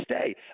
stay